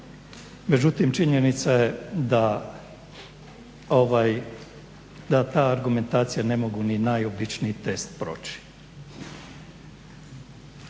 Međutim, činjenica je da te argumentacije ne mogu ni najobičniji test proći.